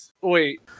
Wait